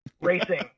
Racing